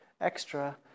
extra